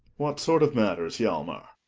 what sort of matters, hjalmar?